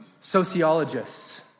sociologists